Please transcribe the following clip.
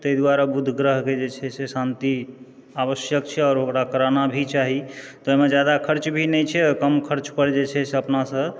ताहि दुआरे बुध ग्रहके जे छै शान्ति आवश्यक छै आओर ओकरा कराना भी चाही ताहिमे ज्यादा खर्च भी नहि छै आओर कम खर्च पर जे छै अपनासँ